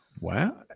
Wow